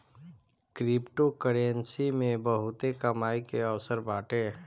cryptocurrency मे बहुते कमाई के अवसर बाटे